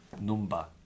number